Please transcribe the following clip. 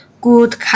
good